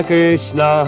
Krishna